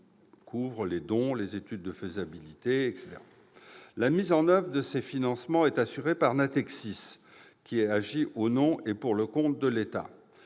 au secteur privé- dons, études de faisabilité, etc. La mise en oeuvre de ces financements est assurée par Natixis, qui agit au nom et pour le compte de l'État.